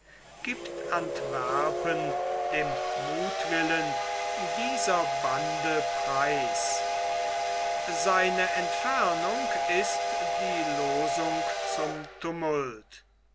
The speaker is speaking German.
gibt antwerpen dem muthwillen dieser bande preis seine entfernung ist die losung zum tumult